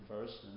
first